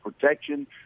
protection